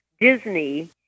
Disney